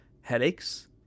headaches